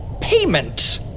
payment